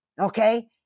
okay